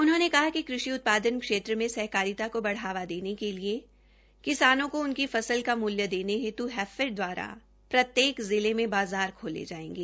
उन्होंने कहा कि कृषि उत्पादन में सहकारिता को बढ़ावा देने के लिए किसानों को उनकी फसल का मूल्य देने हेत् हैफेड दवारा प्रत्येक जिले में बाज़ार खोले जायेंगे